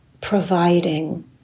providing